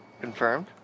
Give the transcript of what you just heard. Confirmed